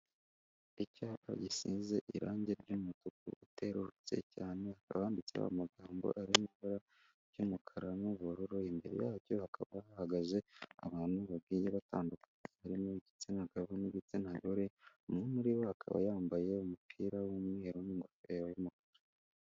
Icyapa gisize irange ry'umutuku uterurutse cyane hakaba handitseho amagambo ari mu ibara ry'umukara n'ubururu, imbere yacyo hakaba hahagaze abantu bagiye batandukanye barimo igitsina gabo ndetse n'igitsina gore, umwe muri bo akaba yambaye umupira w'umweru n'ingofero y'umukara.